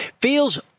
feels